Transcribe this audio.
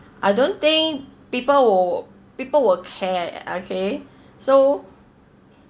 I don't think people would people would care okay so